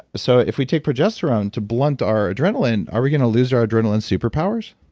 so if we take progesterone to blunt our adrenaline, are we going to lose our adrenaline superpowers?